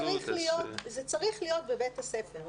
זה צריך להיות בבית הספר.